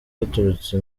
baturutse